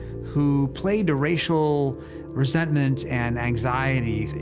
who played to racial resentment and anxiety,